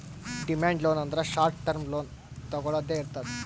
demand loan ಅಂದ್ರ short term loan ತೊಗೊಳ್ದೆ ಇರ್ತದ್